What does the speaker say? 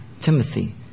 Timothy